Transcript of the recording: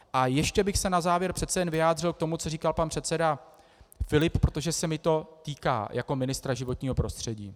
A ještě bych se na závěr přece jen vyjádřil k tomu, co říkal pan předseda Filip, protože se mě to týká jako ministra životního prostředí.